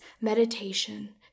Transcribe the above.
meditation